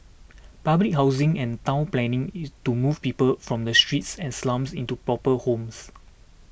public housing and town planning is to move people from the streets and slums into proper homes